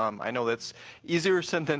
um i know it's easier said than